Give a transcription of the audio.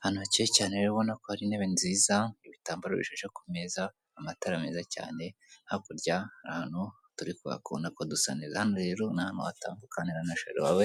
Ahantu hakeye cyane rero ubona ko hari intebe nziza, ibitambaro bifashe ku meza, amatara meza cyane, hakurya hari ahantu turi kwaka ubona ko dusa neza, hano rero ni ahantu watandukanira na sheri wawe